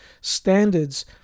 standards